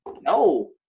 No